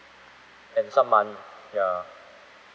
and some money ya